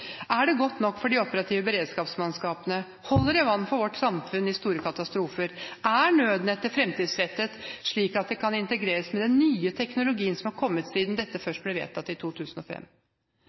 Er det godt nok for de operative beredskapsmannskapene? Holder det vann for vårt samfunn i store katastrofer? Er nødnettet fremtidsrettet, slik at det kan integreres med den nye teknologien som har kommet siden dette først ble vedtatt i 2005?